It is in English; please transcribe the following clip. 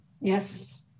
Yes